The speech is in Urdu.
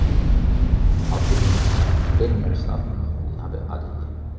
جی آپ ودن ٹین منٹس آپ یہاں پہ آ جائیے